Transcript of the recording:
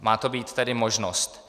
Má to být tedy možnost.